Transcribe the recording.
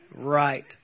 Right